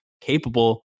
capable